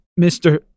Mr